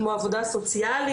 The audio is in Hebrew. כמו עבודה סוציאלית,